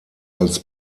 als